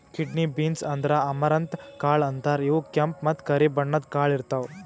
kidney beans ಅಂದ್ರ amaranth ಕಾಳ್ ಅಂತಾರ್ ಇವ್ ಕೆಂಪ್ ಮತ್ತ್ ಕರಿ ಬಣ್ಣದ್ ಕಾಳ್ ಇರ್ತವ್